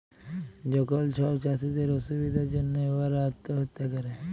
যখল ছব চাষীদের অসুবিধার জ্যনহে উয়ারা আত্যহত্যা ক্যরে